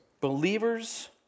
Believers